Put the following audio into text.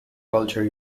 culture